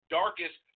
darkest